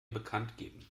bekanntgeben